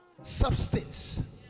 substance